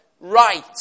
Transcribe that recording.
Right